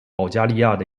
保加利亚